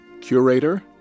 Curator